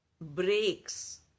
breaks